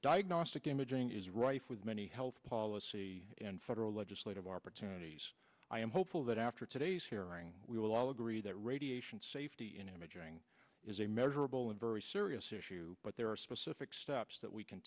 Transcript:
issues diagnostic imaging is rife with many health policy and federal legislative opportunities i am hopeful that after today's hearing we will all agree that radiation safety in imaging is a measurable and very serious issue but there are specific steps that we can